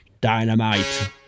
Dynamite